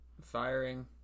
firing